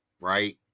right